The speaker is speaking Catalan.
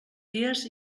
dies